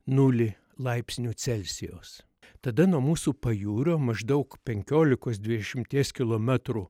nulį laipsnių celsijaus tada nuo mūsų pajūrio maždaug penkiolikos dvidešimties kilometrų